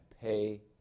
pay